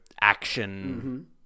action